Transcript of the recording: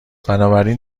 بنابراین